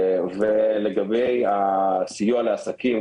לגבי הסיוע לעסקים,